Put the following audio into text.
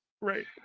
Right